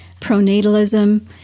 pronatalism